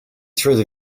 through